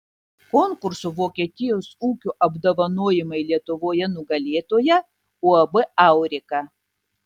konkurso vokietijos ūkio apdovanojimai lietuvoje nugalėtoja uab aurika